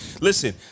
Listen